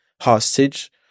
hostage